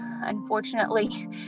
unfortunately